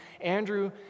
Andrew